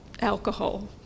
alcohol